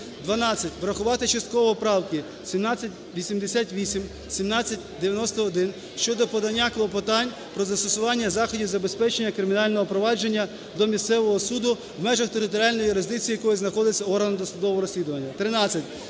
Врахувати частково правки 1788, 1791 щодо подання клопотань про застосування заходів забезпечення кримінального провадження до місцевого суду, в межах територіальної юрисдикції якого знаходиться орган досудового розслідування.